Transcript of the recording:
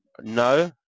No